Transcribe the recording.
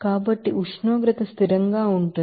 కాబట్టి ఉష్ణోగ్రత స్థిరంగా ఉంటుంది